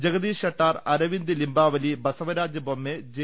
Jagdish Shettar Arvind Limbavali Basavaraj Bommai J